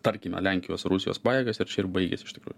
tarkime lenkijos rusijos pajėgas ir čia ir baigėsi iš tikrųjų